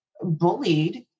bullied